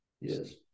yes